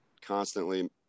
constantly